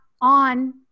on